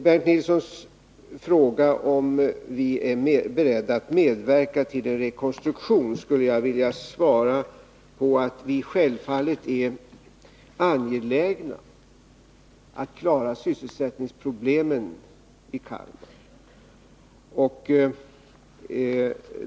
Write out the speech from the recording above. Bernt Nilssons fråga om vi är beredda att medverka till en rekonstruktion föranleder mig att svara att vi självfallet är angelägna att klara sysselsättningsproblemen i Kalmar.